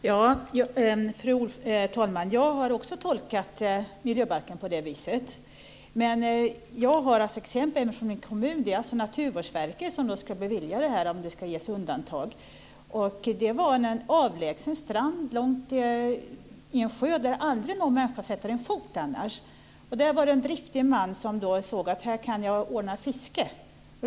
Fru talman! Jag har också tolkat miljöbalken på det viset. Jag har ett exempel från min hemkommun. Det är alltså Naturvårdsverket som ska bevilja undantag. Det rörde sig om en avlägsen sjöstrand där någon människa aldrig sätter sin fot. En driftig man såg att det fanns möjligheter till fiske.